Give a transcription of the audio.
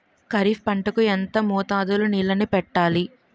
ఖరిఫ్ పంట కు ఎంత మోతాదులో నీళ్ళని పెట్టాలి?